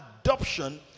adoption